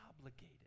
obligated